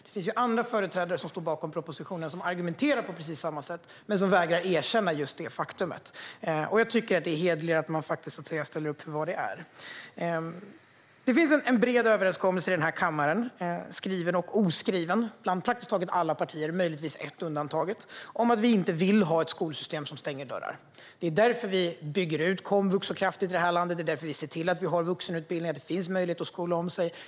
Det finns andra företrädare som står bakom propositionen och argumenterar på precis samma sätt men vägrar erkänna just det faktumet, och jag tycker att det är hederligare att man faktiskt står för det. Det finns en bred överenskommelse i kammaren, skriven och oskriven, mellan praktiskt taget alla partier - möjligtvis ett undantaget - om att vi inte vill ha ett skolsystem som stänger dörrar. Det är därför vi bygger ut komvux så kraftigt i det här landet. Det är därför vi ser till att det finns vuxenutbildningar och möjlighet att skola om sig.